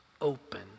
open